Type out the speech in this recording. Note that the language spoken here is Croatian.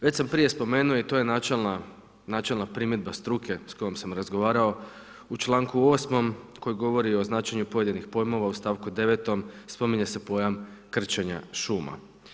Već sam prije spomenuo i to je načelna primjedba struke s kojom sam razgovarao, u članku 8. koji govori o značenju pojedinih pojmova u stavku 9. spominje se pojam krčenja šuma.